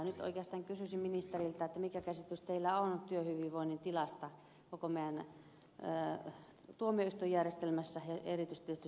nyt oikeastaan kysyisin ministeriltä mikä käsitys teillä on työhyvinvoinnin tilasta koko meidän tuomioistuinjärjestelmässämme ja erityisesti tietysti syyttäjälaitoksessa